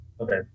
Okay